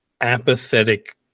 apathetic